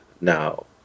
Now